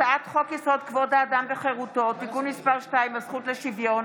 הצעת חוק-יסוד: כבוד האדם וחירותו (תיקון מס' 2) (הזכות לשוויון),